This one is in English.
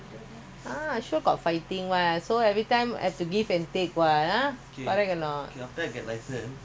my car cannot I going to change the car already